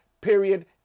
period